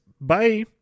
Bye